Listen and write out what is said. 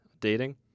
dating